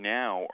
now